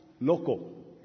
Local